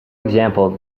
example